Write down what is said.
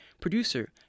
Producer